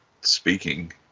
speaking